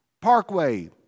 Parkway